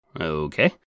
Okay